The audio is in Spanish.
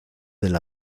del